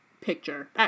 picture